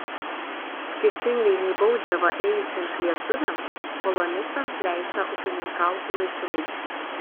skirtingai nei baudžiavą ėjusiems lietuviams kolonistams leista ūkininkauti laisvai